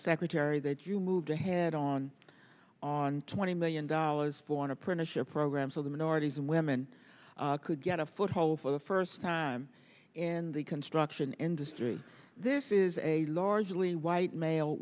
secretary that you moved ahead on on twenty million dollars for an apprenticeship program so the minorities and women could get a foothold for the first time in the construction industry this is a largely white male